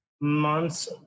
months